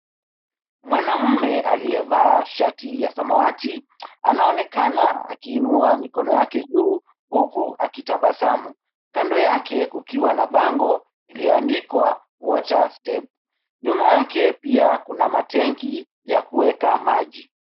Mwanaume aliyevaa shati ya samawati anaonekana akiinua mikono yake juu huku akitabasamu. Kando yake kukiwa na bango iliyoandikwa watchers step .Nyuma yake pia kuna matenki ya kueka maji.